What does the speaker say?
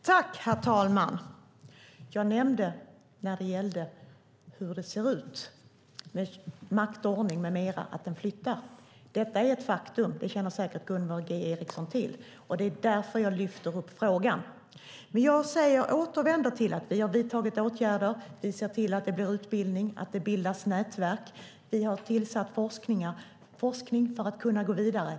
Herr talman! När det gäller hur det ser ut med maktordningen nämnde jag att den flyttat. Detta är ett faktum som Gunvor G Ericsson säkert känner till, och det är därför jag lyfter fram frågan. Jag återvänder till att vi har vidtagit åtgärder. Vi ser till att det blir utbildning, att det bildas nätverk, och vi har tillsatt forskning för att kunna gå vidare.